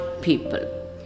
people